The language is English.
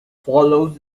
follows